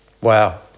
Wow